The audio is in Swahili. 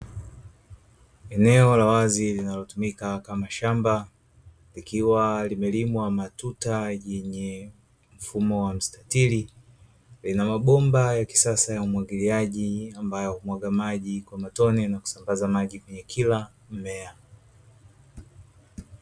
Eneo la wazi linalotumika kama shamba, likiwa limelimwa matuta yenye mfumo wa mstatili, lina mabomba ya kisasa ya umwagiliaji ambayo humwaga maji kwa matone na kusambaza maji kwenye kila mmea.